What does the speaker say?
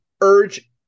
urge